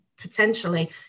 potentially